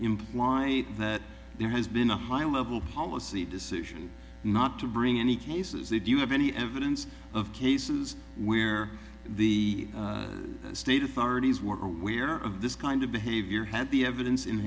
imply that there has been a high level policy decision not to bring any cases that you have any evidence of cases where the state authorities were aware of this kind of behavior had the evidence in